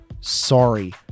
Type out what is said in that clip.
sorry